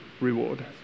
reward